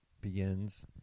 begins